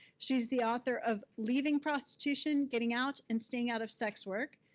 she's the author of leaving prostitution getting out and staying out of sex work.